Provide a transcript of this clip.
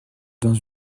dans